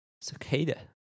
cicada